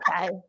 okay